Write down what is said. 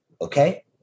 Okay